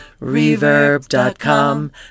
Reverb.com